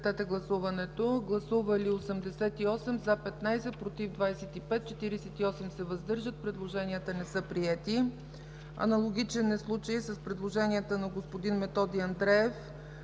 предложенията на господин Методи Андреев.